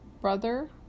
brother